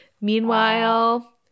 Meanwhile